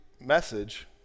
message